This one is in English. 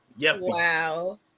Wow